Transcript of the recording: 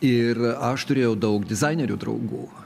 ir aš turėjau daug dizainerių draugų